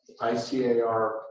ICAR